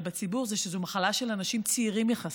בציבור הוא שזו מחלה של אנשים צעירים יחסית,